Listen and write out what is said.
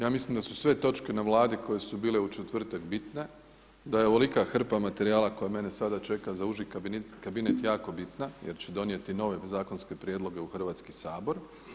Ja mislim da su sve točke na Vladi koje su bile u četvrtak bitne, da je ovolika hrpa materijala koja mene sada čeka za uži kabinet jako bitna jer će donijeti nove zakonske prijedloge u Hrvatski sabor.